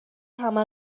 همه